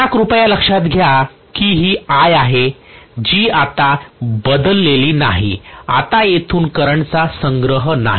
आता कृपया लक्षात घ्या की ही I आहे जी आता बदललेली नाही आता येथून करंटचा संग्रह नाही